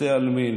שבתי עלמין,